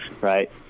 right